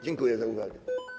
Dziękuję za uwagę.